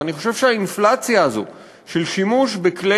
ואני חושב שהאינפלציה הזו של שימוש בכלי